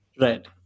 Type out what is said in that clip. Right